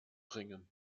bringen